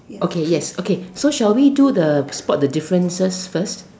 okay yes okay so shall we do the spot the differences first